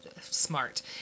smart